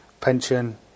pension